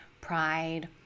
pride